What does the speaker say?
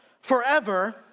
forever